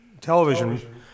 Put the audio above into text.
television